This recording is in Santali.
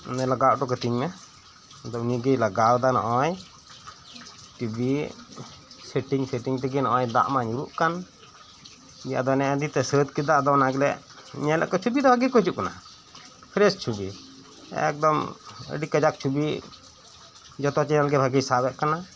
ᱚᱱᱮ ᱞᱟᱜᱟᱣ ᱩᱴᱩ ᱠᱟᱹᱛᱤᱧᱢᱮ ᱟᱫᱚ ᱩᱱᱤᱜᱤᱭ ᱞᱟᱜᱟᱣᱮᱰᱟ ᱱᱚᱜᱚᱭ ᱴᱤᱵᱤ ᱥᱮᱴᱤᱝ ᱥᱮᱴᱤᱝ ᱛᱮᱜᱤ ᱱᱚᱜᱚᱭ ᱫᱟᱜᱢᱟ ᱧᱩᱨᱩᱜᱠᱟᱱ ᱫᱤᱭᱮ ᱟᱫᱚ ᱱᱮᱜᱮ ᱱᱤᱛᱚᱜ ᱥᱟᱹᱛ ᱫᱟ ᱟᱫᱚ ᱚᱱᱟᱜᱮᱞᱮ ᱧᱮᱞ ᱞᱮᱫᱠᱚᱣᱟ ᱪᱷᱚᱵᱤᱫᱚ ᱵᱷᱟᱜᱤ ᱜᱮᱠᱩ ᱦᱤᱡᱩᱜ ᱠᱟᱱᱟ ᱯᱷᱨᱮᱥ ᱪᱷᱚᱵᱤ ᱮᱠᱫᱚᱢ ᱟᱹᱰᱤ ᱠᱟᱡᱟᱠ ᱪᱷᱚᱵᱤ ᱡᱚᱛᱚ ᱪᱮᱱᱮᱞᱜᱤ ᱵᱷᱟᱜᱤᱭ ᱥᱟᱵᱮᱫ ᱠᱟᱱᱟ